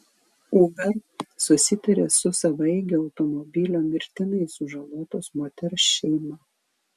uber susitarė su savaeigio automobilio mirtinai sužalotos moters šeima